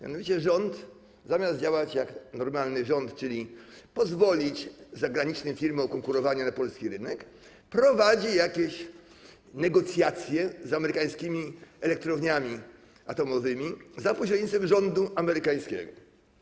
Mianowicie rząd, zamiast działać jak normalny rząd, czyli pozwolić zagranicznym firmom konkurować na polskim rynku, prowadzi jakieś negocjacje z amerykańskimi elektrowniami atomowymi za pośrednictwem rządu amerykańskiego.